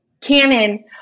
canon